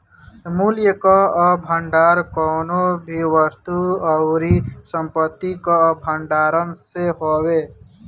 मूल्य कअ भंडार कवनो भी वस्तु अउरी संपत्ति कअ भण्डारण से हवे